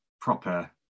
proper